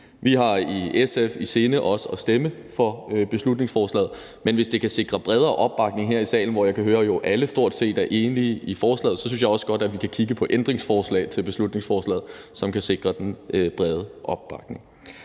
Vi har i SF i sinde også at stemme for beslutningsforslaget, men hvis det kan sikre bredere opbakning her i salen, hvor jeg jo kan høre, at alle stort set er enige i forslaget, synes jeg også godt, at vi kan kigge på ændringsforslag til beslutningsforslaget, som kan sikre den brede opbakning.